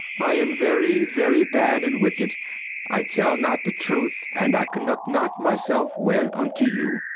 i am very, very bad and wicked i tell not the truth and i conduct not myself well unto you.